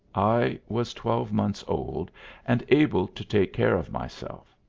i was twelve months old and able to take care of myself,